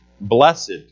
blessed